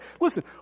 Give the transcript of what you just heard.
Listen